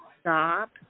stop